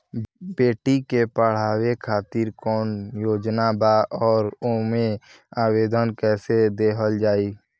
बेटी के पढ़ावें खातिर कौन योजना बा और ओ मे आवेदन कैसे दिहल जायी?